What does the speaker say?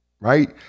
Right